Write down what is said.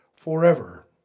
forever